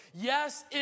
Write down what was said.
Yes